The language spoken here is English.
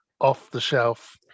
off-the-shelf